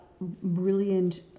brilliant